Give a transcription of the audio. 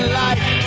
life